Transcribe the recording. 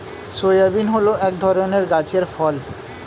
soybean হল এক ধরনের গাছের ফল